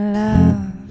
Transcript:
love